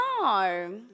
No